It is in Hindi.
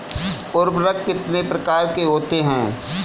उर्वरक कितने प्रकार के होते हैं?